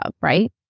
right